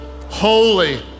holy